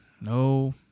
No